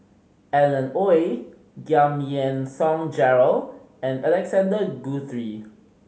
Alan Oei Giam Yean Song Gerald and Alexander Guthrie